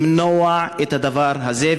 למנוע את הדבר הזה,